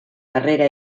harrera